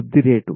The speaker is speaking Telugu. వృద్ధి రేటు